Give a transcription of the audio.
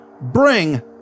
bring